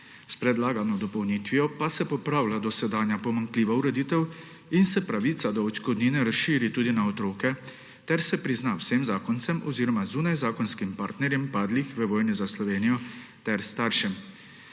S predlagano dopolnitvijo pa se popravlja dosedanja pomanjkljiva ureditev in se pravica do odškodnine razširi tudi na otroke ter se prizna vsem zakoncem oziroma zunajzakonskim partnerjem padlih v vojni za Slovenijo ter staršem.